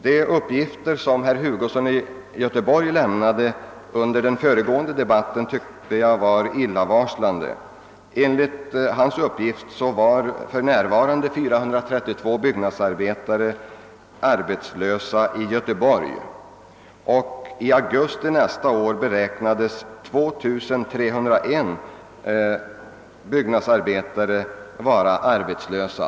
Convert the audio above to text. De uppgifter som herr Hugosson från Göteborg lämnade under den föregående debatten tycker jag var illavarslande. Enligt hans uppgift är för närvarande 432 byggnadsarbetare arbetslösa i Göteborg och i augusti nästa år beräknas 2 301 byggnadsarbetare vara arbetslösa.